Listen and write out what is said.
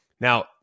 Now